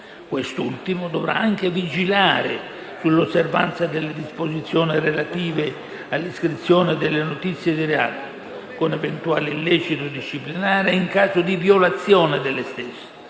Quest'ultimo dovrà anche vigilare sull'osservanza delle disposizioni relative all'iscrizione delle notizie di reato, con eventuale illecito disciplinare in caso di violazione delle stesse.